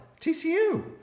TCU